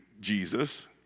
Jesus